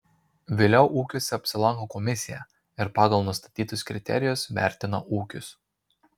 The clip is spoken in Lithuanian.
vėliau ūkiuose apsilanko komisija ir pagal nustatytus kriterijus vertina ūkius